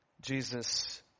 Jesus